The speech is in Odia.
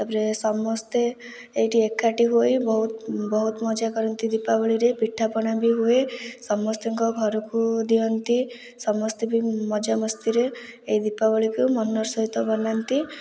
ତାପରେ ସମସ୍ତେ ଏଇଟି ଏକାଠି ହୋଇ ବହୁତ ବହୁତ ମଜା କରନ୍ତି ଦୀପାବଳିରେ ପିଠାପଣା ବି ହୁଏ ସମସ୍ତିଙ୍କ ଘରକୁ ଦିଅନ୍ତି ସମସ୍ତେ ବି ମଜାମସ୍ତିରେ ଏଇ ଦୀପାବଳିକୁ ମନର ସହିତ ବନାନ୍ତି